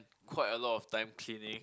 quite a lot of time cleaning